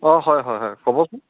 অঁ হয় হয় হয় ক'বচোন